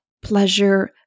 pleasure